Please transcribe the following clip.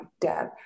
Deb